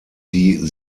die